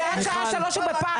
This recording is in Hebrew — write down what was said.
כי עד שעה 15:00 הוא בפחד.